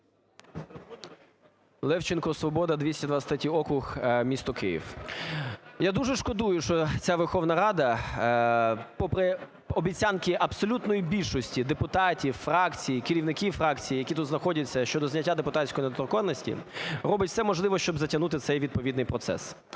Левченко, "Свобода", 223 округ, місто Київ. Я дуже шкодую, що ця Верховна Рада попри обіцянки абсолютної більшості депутатів, фракцій, керівників фракцій, які тут знаходяться, щодо зняття депутатської недоторканності, робить все можливе, щоб затягнути цей відповідний процес.